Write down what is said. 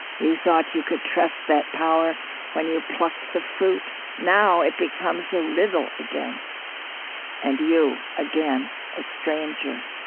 you thought you could trust that power when you plucked the fruit now it becomes a riddle again and you again a stranger.